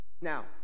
Now